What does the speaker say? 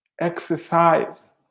Exercise